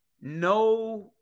No